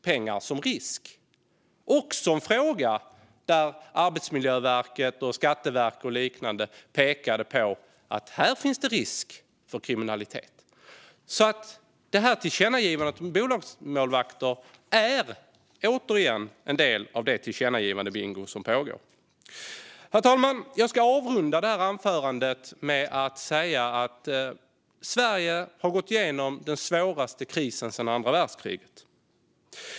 Detta är också en fråga där Arbetsmiljöverket, Skatteverket och andra pekar på att det finns risk för kriminalitet. Tillkännagivandet om bolagsmålvakter är alltså, återigen, en del av det tillkännagivandebingo som pågår. Herr talman! Jag ska avrunda det här anförandet med att säga att Sverige har gått igenom den svåraste krisen sedan andra världskriget.